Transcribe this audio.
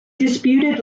disputed